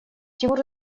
тимур